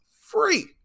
free